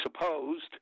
supposed